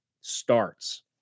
starts